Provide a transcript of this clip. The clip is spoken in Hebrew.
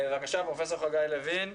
בבקשה, פרופ' חגי לוין.